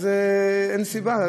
אז אין סיבה.